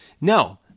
No